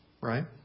Right